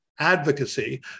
advocacy